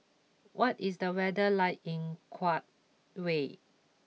what is the weather like in Kuwait